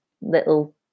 little